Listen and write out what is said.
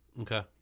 Okay